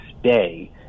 stay